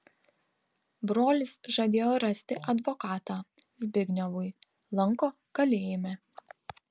brolis žadėjo rasti advokatą zbignevui lanko kalėjime